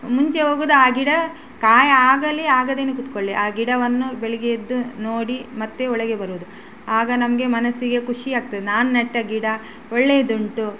ಮುಂಚೆ ಹೋಗೋದು ಆ ಗಿಡ ಕಾಯಾಗಲಿ ಆಗದೆಯೂ ಕೂತ್ಕೊಳ್ಳಿ ಆ ಗಿಡವನ್ನು ಬೆಳಗ್ಗೆ ಎದ್ದು ನೋಡಿ ಮತ್ತೆ ಒಳಗೆ ಬರುವುದು ಆಗ ನಮ್ಗೆ ಮನಸ್ಸಿಗೆ ಖುಷಿಯಾಗ್ತದೆ ನಾನು ನೆಟ್ಟ ಗಿಡ ಒಳ್ಳೆಯದುಂಟು